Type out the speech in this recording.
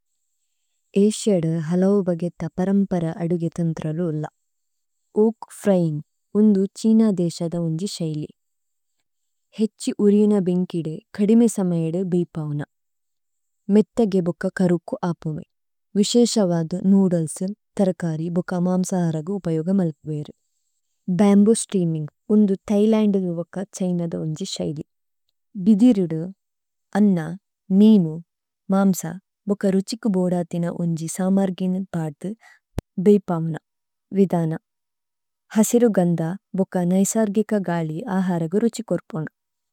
അഏസിയദു ഹലൌ ബഗേത പരമ്പര അദുഗേതന്ത്രലു ഓല। ഓഅക് ഫ്ര്യിന്ഗ്, ഉന്ദു ഛീനദേസേദ ഉന്ജി ശൈലി। ഹേഛി ഉരിയന ബേന്ഗ്കിദു കദിമേ സമയേദ ബേഇപവുന। മേഥഗേ ബുക കരുകു അപുമേ। വിശേസവദു നൂദ്ലേസു, തര്കരി ബുക മാമ്സഹരഗു ഉപയോഗ മല്കുവേരു। ഭമ്ബൂ സ്തേഅമിന്ഗ്, ഉന്ദു ഥൈലന്ദദ ബുക ഛൈനദ ഉന്ജി ശൈലി। ഭിദിരിദു, അന്ന, മീമു, മാമ്സഹരഗു ബുക രുഛികു ബോദദിന ഉന്ജി സമര്ഗിനു പദു ബേഇപവുന। വിദന। ഹസിരുഗന്ദ ബുക നൈസര്ഗിക ഗാലി അഹരഗു രുഛികോര്പുന।